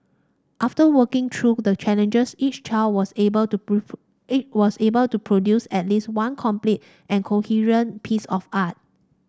after working through the challenges each child was able to each was able to produce at least one complete and coherent piece of art